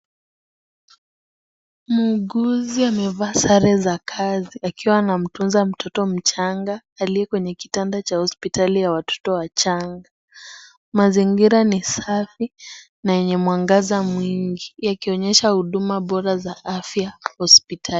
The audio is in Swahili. Muuguzi amevaa sare za kazi akiwa anamtunza mtoto mchanga, aliye kwenye kitanda cha hospitali ya watoto wachanga. Mazingira ni safi na yenye mwangaza mwingi, yakionyesha huduma bora za afya hospitalini.